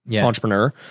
entrepreneur